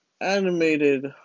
animated